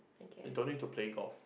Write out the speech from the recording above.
and don't need to play golf